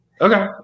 okay